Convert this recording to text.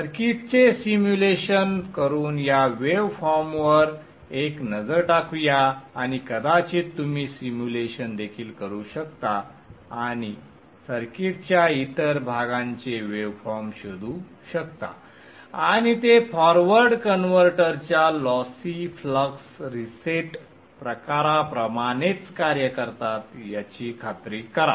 सर्किटचे सिम्युलेशन करून या वेव फॉर्मवर एक नजर टाकूया आणि कदाचित तुम्ही सिम्युलेशन देखील करू शकता आणि सर्किटच्या इतर भागांचे वेव फॉर्म शोधू शकता आणि ते फॉरवर्ड कन्व्हर्टरच्या लॉसी फ्लक्स रीसेट प्रकाराप्रमाणेच कार्य करतात याची खात्री करा